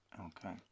Okay